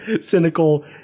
cynical